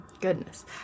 Goodness